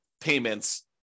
payments